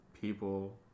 people